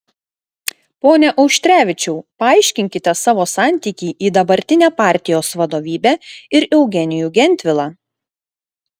pone auštrevičiau paaiškinkite savo santykį į dabartinę partijos vadovybę ir eugenijų gentvilą